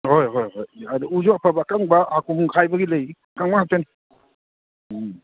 ꯍꯣꯏ ꯍꯣꯏ ꯍꯣꯏ ꯑꯗꯣ ꯎꯁꯨ ꯑꯐꯕ ꯑꯀꯪꯕ ꯍꯥꯀꯨꯝ ꯈꯥꯏꯕꯒꯤ ꯂꯩꯔꯤ ꯑꯀꯪꯕ ꯉꯥꯛꯇꯅꯤ ꯎꯝ